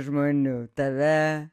žmonių tave